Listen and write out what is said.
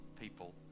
people